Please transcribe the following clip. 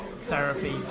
Therapy